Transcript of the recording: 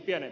kyllä